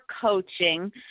coaching